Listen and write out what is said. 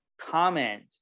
comment